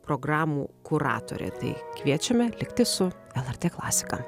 programų kuratorė tai kviečiame likti su lrt klasika